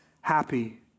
happy